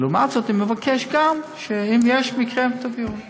לעומת זאת, אני מבקש כאן שאם יש מקרה, תביאו לי.